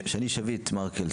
שני שרביט מרקל,